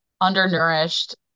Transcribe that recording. undernourished